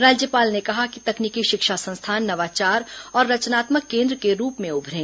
राज्यपाल ने कहा कि तकनीकी शिक्षा संस्थान नवाचार और रचनात्मक केन्द्र के रूप में उभरें